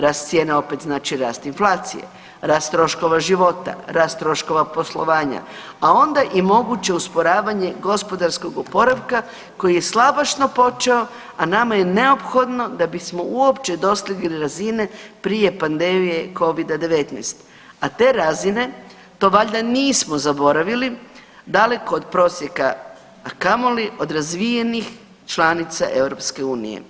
Rast cijena opet znači rast inflacije, rast troškova života, rast troškova poslovanja, a onda i moguće usporavanje gospodarskog oporavka koji je slabašno počeo, a nama je neophodno da bismo uopće dostigli razine prije pandemije Covida-19, a te razine, to valjda nismo zaboravili, daleko od prosjeka, a kamoli od razvijenih članica EU.